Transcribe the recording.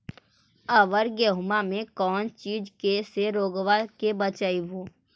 अबर गेहुमा मे कौन चीज के से रोग्बा के बचयभो?